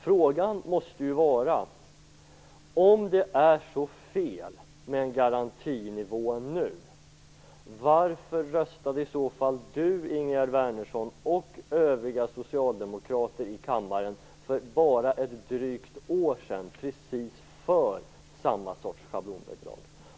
Frågan måste vara: Om det nu är så fel med en garantinivå, varför röstade i så fall Ingegerd Wärnersson och övriga socialdemokrater i kammaren för bara drygt ett år sedan för precis samma sorts schablonbidrag?